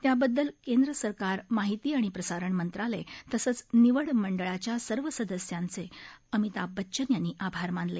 त्याबददल केंद्र सरकार महिती आणि प्रसारण मंत्रालय तसंच निवड मंडळाच्या सर्व सदस्यांचे अमिताभ बच्चन यांनी आभार मानले